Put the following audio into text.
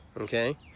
okay